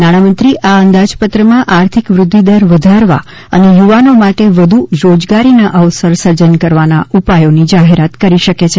નાણામંત્રી આ અંદાજપત્રમાં આર્થિક વૃદ્ધિદર વધારવા અને યુવાનો માટે વધુ રોજગારીન અવસર સર્જન કરવાના ઉપાયોની જાહેરાત કરી શકે છે